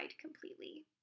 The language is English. completely